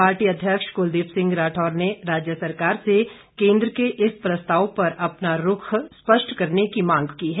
party अध्यक्ष कुलदीप सिंह राठौर ने राज्य सरकार से केंद्र के इस प्रस्ताव पर अपना रूख स्पष्ट करने की मांग की है